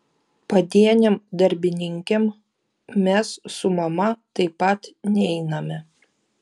padienėm darbininkėm mes su mama taip pat neiname